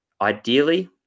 Ideally